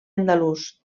andalús